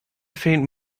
faint